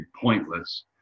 pointless